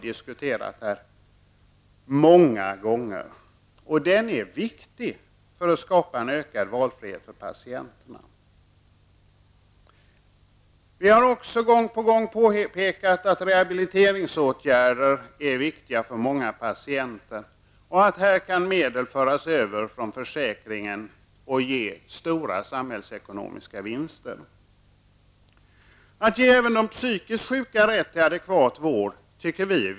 Det är viktigt för att skapa en ökad valfrihet för patienterna. Vi har också gång på gång påpekat att rehabiliteringsåtgärder är viktiga för många patienter. Här kan medel föras över från försäkringen och ge stora samhällsekonomiska vinster. Vi anser att det är viktigt att ge även de psykiskt sjuka rätt till adekvat vård.